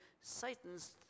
Satan's